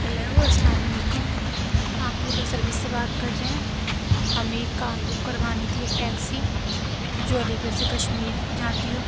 hello السّلام علیکم آپ اولا سروس سے بات کر رہے ہیں ہمیں ایک کار بک کروانی تھی ایک ٹیکسی جو علی گڑھ سے کشمیر جاتی ہو